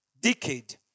decade